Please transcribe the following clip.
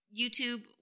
YouTube